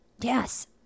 Yes